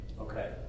Okay